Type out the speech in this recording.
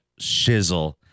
shizzle